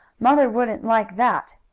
mother wouldn't like that.